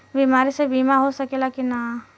बीमारी मे बीमा हो सकेला कि ना?